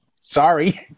Sorry